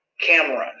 Cameron